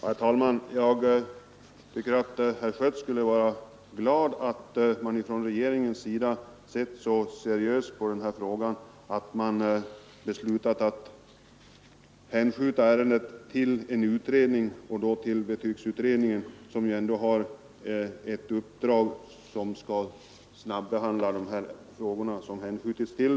Herr talman! Jag tycker att herr Schött borde vara glad åt att regeringen sett så seriöst på den här frågan att den beslutat att överlämna ärendet till betygsutredningen, som ju har i uppdrag att snabbt behandla de frågor som hänskjutits dit.